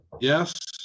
Yes